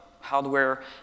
hardware